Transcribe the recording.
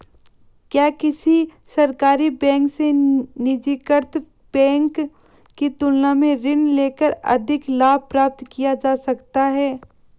क्या किसी सरकारी बैंक से निजीकृत बैंक की तुलना में ऋण लेकर अधिक लाभ प्राप्त किया जा सकता है?